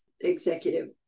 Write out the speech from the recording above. executive